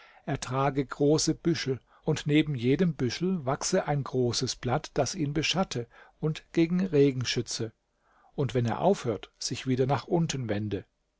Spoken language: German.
trage große büschel und neben jedem büschel wachse ein großes blatt das ihn beschatte und gegen regen schütze und wenn er aufhört sich wieder nach unten wende